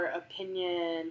opinion